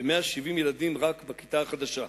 ב-170 ילדים רק בכיתה החדשה,